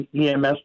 EMS